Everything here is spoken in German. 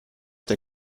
der